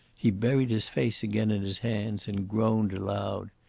he buried his face again in his hands and groaned aloud.